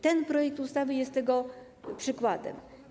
Ten projekt ustawy jest tego przykładem.